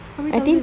how many thousand